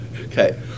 Okay